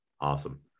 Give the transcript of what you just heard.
Awesome